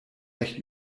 recht